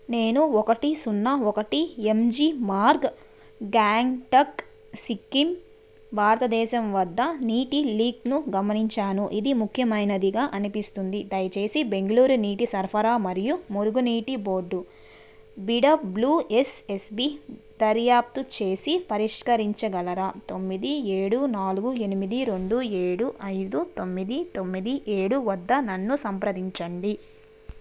నేను ఒకటి సున్నా ఒకటి ఎమ్ జీ మార్గ్ గ్యాంగ్టక్ సిక్కిం భారతదేశం వద్ద నీటి లీక్ను గమనించాను ఇది ముఖ్యమైనదిగా అనిపిస్తుంది దయచేసి బెంగళూరు నీటి సరఫరా మరియు మురుగు నీటి board B W S S B దర్యాప్తు చేసి పరిష్కరించగలరా తొమ్మిది ఏడు నాలుగు ఎనిమిది రెండు ఏడు ఐదు తొమ్మిది తొమ్మిది ఏడు వద్ద నన్ను సంప్రదించండి